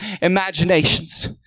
imaginations